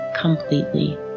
completely